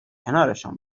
کنارشان